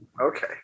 Okay